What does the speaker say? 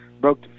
broke